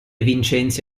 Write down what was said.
vincenzi